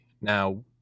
Now